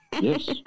Yes